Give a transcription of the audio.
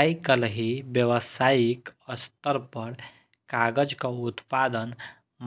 आइकाल्हि व्यावसायिक स्तर पर कागजक उत्पादन